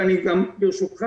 ואני גם ברשותך,